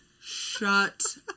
Shut